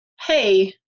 hey